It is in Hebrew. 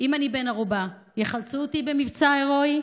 אם אני בן ערובה, יחלצו אותי במבצע הירואי?